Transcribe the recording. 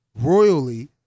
royally